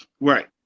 Right